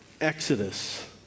exodus